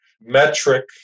metric